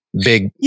big